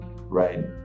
right